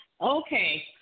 Okay